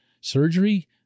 surgery